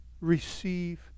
receive